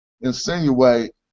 insinuate